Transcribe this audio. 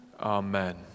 Amen